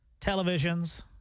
televisions